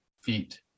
feet